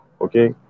okay